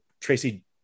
Tracy